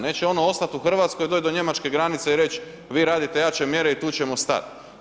Neće ono ostati u Hrvatskoj i doći do njemačke granice i reći vi radite jače mjere i tu ćemo stat.